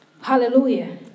Hallelujah